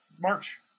march